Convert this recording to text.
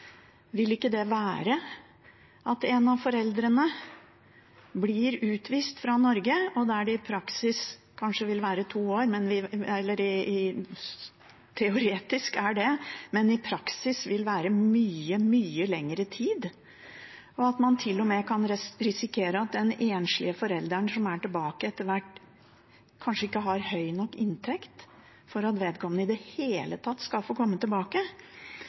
Vil ikke det være at en av foreldrene blir utvist fra Norge, og der det i teorien kanskje vil være to år, men i praksis mye, mye lengre tid, og at man til og med kan risikere at den enslige forelderen som er tilbake, etter hvert kanskje ikke har høy nok inntekt til at vedkommende i det hele tatt skal få komme tilbake?